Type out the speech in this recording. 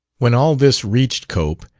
when all this reached cope,